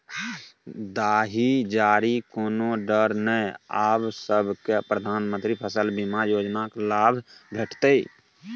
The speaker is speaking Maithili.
दाही जारीक कोनो डर नै आब सभकै प्रधानमंत्री फसल बीमा योजनाक लाभ भेटितै